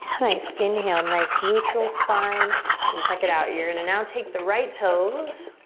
nice, inhale. nice neutral spine and check it out you're gonna now take the right toes.